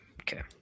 Okay